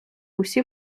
усі